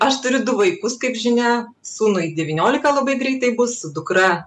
aš turiu du vaikus kaip žinia sūnui devyniolika labai greitai bus su dukra